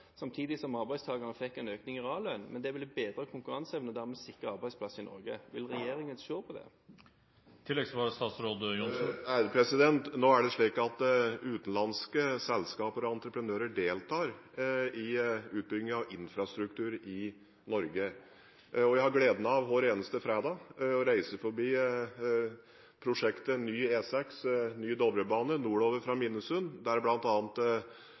samtidig som arbeidstagerne fikk en økning i reallønn, og det ville bedret konkurranseevnen og dermed sikret arbeidsplasser i Norge. Vil regjeringen se på det? Nå er det slik at utenlandske selskaper og entreprenører deltar i utbygging av infrastruktur i Norge. Jeg har hver eneste fredag gleden av å reise forbi prosjektet med ny E6 og Dovrebane nordover fra Minnesund. Der